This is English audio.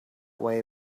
way